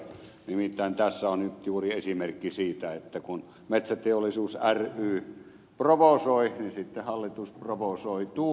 nimittäin tässä on nyt juuri esimerkki siitä että kun metsäteollisuus ry provosoi niin sitten hallitus provosoituu